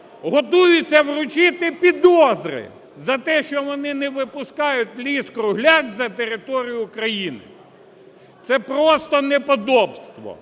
готуються вручити підозри за те, що вони не випускають ліс-кругляк за територію України. Це просто неподобство!